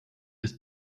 ist